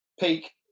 peak